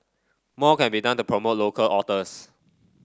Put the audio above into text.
more can be done to promote local authors